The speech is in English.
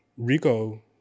Rico